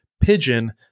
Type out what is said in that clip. pigeon